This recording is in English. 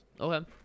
Okay